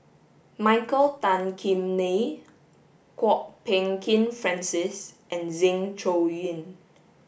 Michael Tan Kim Nei Kwok Peng Kin Francis and Zeng Shouyin